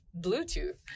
Bluetooth